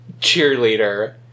cheerleader